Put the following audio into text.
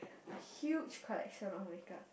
a huge collection of make up